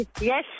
Yes